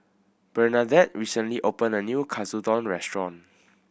Bernadette recently opened a new Katsudon Restaurant